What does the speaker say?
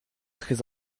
très